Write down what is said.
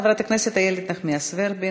חברת הכנסת איילת נחמיאס ורבין.